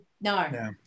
no